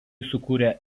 sukūrė